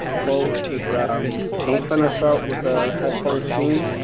quote is um don't send us out with a head full of steam.